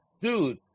dude